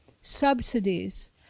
subsidies